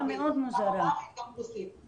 גם אמהרית וגם רוסית.